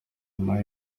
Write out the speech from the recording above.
nyuma